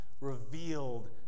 revealed